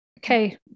Okay